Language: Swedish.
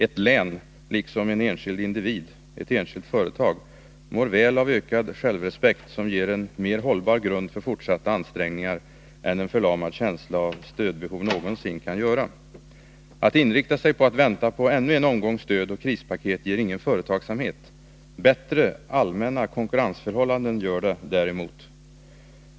Ett län, liksom en enskild individ, ett enskilt företag, mår väl av ökad självrespekt som ger en mer hållbar grund för fortsatta ansträngningar än en förlamande känsla av stödbehov någonsin kan göra. Att inrikta sig på att vänta på ännu en omgång stödoch krispaket ger ingen företagsamhet. Bättre allmänna konkurrensförhållanden gör det däremot.